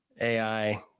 AI